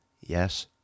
Yes